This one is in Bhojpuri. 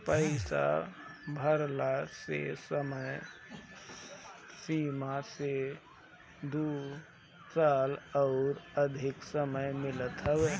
पईसा भरला के समय सीमा से दू साल अउरी अधिका समय मिलत हवे